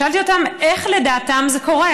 שאלתי אותם איך לדעתם זה קורה,